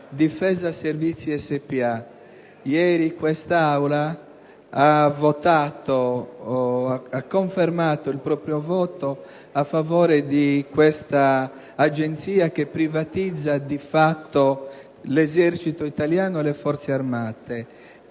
«Difesa Servizi Spa». Ieri quest'Aula ha confermato il proprio voto a favore di questa Agenzia che privatizza di fatto l'Esercito italiano e le Forze armate.